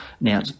Now